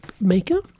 maker